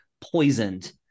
poisoned